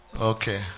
Okay